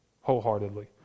wholeheartedly